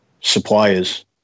suppliers